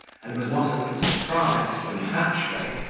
and was not a little surprised, when hatchway,